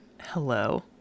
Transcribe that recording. Hello